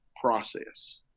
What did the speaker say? process